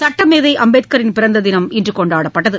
சட்டமேதை அம்பேத்கரின் பிறந்த தினம் இன்று கொண்டாடப்பட்டது